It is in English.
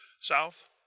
South